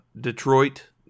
Detroit